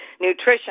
nutrition